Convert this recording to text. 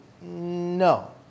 No